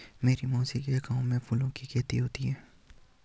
मेरी मौसी के गांव में फूलों की खेती होती है